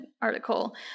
article